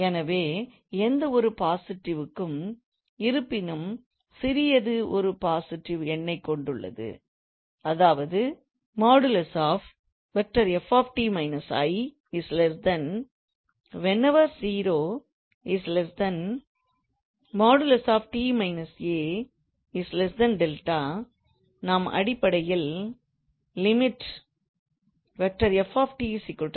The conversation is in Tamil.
எனவே எந்தவொரு பாசிடிவ் க்கும் இருப்பினும் சிறியது ஒரு பாசிடிவ் எண்ணைக் கொண்டுள்ளது அதாவது |𝑓⃗𝑡 − 𝐼| whenever 0 |𝑡 − 𝑎| 𝛿 நாம் அடிப்படையில் லிமிட் 𝑓⃗𝑡 𝐼